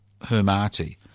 Hermati